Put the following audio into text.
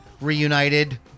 reunited